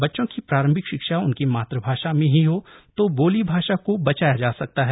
बच्चों की प्रारंभिक शिक्षा उनकी मातृभाषा में ही हो तो बोली भाषा को बचाया जा सकता है